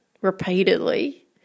repeatedly